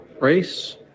race